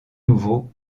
nouveau